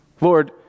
Lord